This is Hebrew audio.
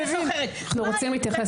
אנחנו רוצים להתייחס לזה.